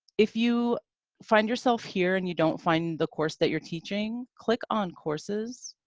if you find yourself here and you don't find the course that you're teaching, click on courses,